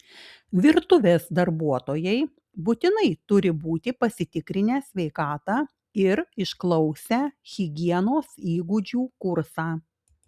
virtuvės darbuotojai būtinai turi būti pasitikrinę sveikatą ir išklausę higienos įgūdžių kursą